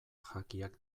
jakiak